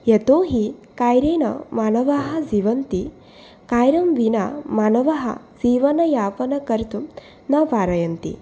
यतोहि कार्येण मानवाः जीवन्ति कार्यं विना मानवाः जीवनयापनं कर्तुं न पारयन्ति